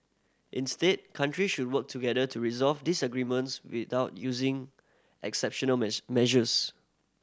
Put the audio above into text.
instead countries should work together to resolve disagreements without using exceptional mess measures